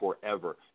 forever